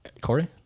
Corey